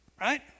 right